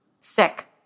Sick